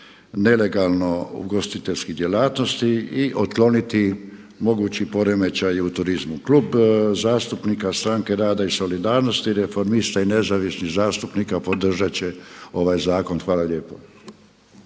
nelegalno ugostiteljskih djelatnosti i otkloniti mogući poremećaji u turizmu. Klub zastupnika stranke rada i solidarnosti, Reformista i nezavisnih zastupnika podržat će ovaj Zakon. Hvala lijepa.